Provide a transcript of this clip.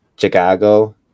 Chicago